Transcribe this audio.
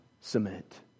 cement